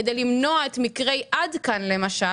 כדי למנוע את מקרי "עד כאן" למשל,